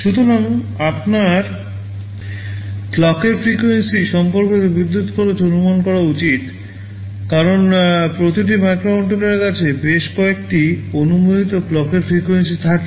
সুতরাং আপনার ক্লকের ফ্রিকোয়েন্সি সম্পর্কিত বিদ্যুৎ খরচ অনুমান করা উচিত কারণ প্রতিটি মাইক্রোকন্ট্রোলারের কাছে বেশ কয়েকটি অনুমোদিত ক্লকের ফ্রিকোয়েন্সি থাকে